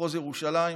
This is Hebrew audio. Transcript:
במחוז ירושלים.